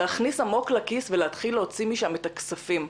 להכניס עמוק לכיס ולהתחיל להוציא משם את הכספים.